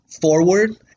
forward